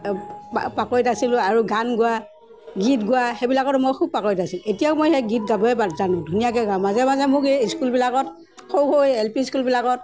পাকৈত আছিলোঁ আৰু গান গোৱা গীত গোৱা সেইবিলাকতো মই খুব পাকৈত আছিলোঁ এতিয়াও মই সেই গীত গাবই জানো ধুনীয়াকৈ গাওঁ মাজে মাজে মোক এই স্কুলবিলাকত সৰু সৰু এই এল পি স্কুলবিলাকত